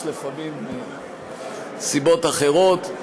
יש לפעמים סיבות אחרות.